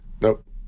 Nope